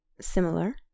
Similar